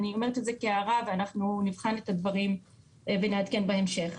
אני אומרת את זה כהערה ונבחן את הדברים ונעדכן בהמשך.